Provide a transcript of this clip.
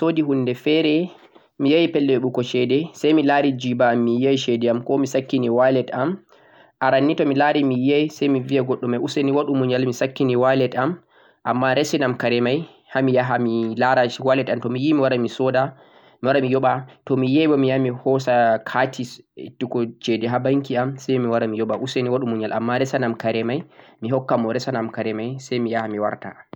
to mi yahi luumo mi soodi huunde feere, mi yahi yoɓugo ceede, say mi laari jiba am mi yiyay ceede am ko mi sakkini walet am, aran ni to mi laari mi yiyay say mi biya goɗɗo may useni waɗu muyal mi sakkini walet am, ammaa resi nam kare may, ha mi yaha mi laara walet am, to mi yi mi waran mi sooda, mi wara mi yoɓa, to mi yiyay bo mi yaha mi hoosa kati ittigo ha banki am say mi wara mi yoɓa useni waɗu muyal ammaa resa nam kare may, mi hokka mo o resa nam kare may say mi yaha mi warta.